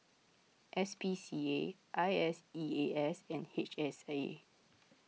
S P C A I S E A S and H S A